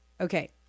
Okay